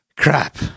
Crap